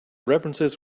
references